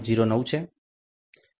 09 છે